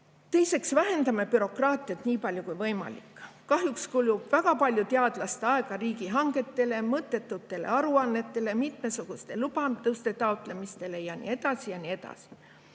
vähendame bürokraatiat nii palju, kui võimalik. Kahjuks kulub väga palju teadlaste aega riigihangetele, mõttetutele aruannetele, mitmesuguste lubade taotlemistele ja nii edasi ja nii edasi.